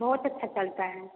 बहुत अच्छा चलता है